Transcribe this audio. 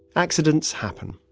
accidents happen.